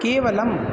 केवलम्